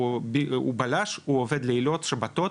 הוא עובד לילות ושבתות,